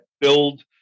build